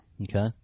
Okay